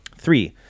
Three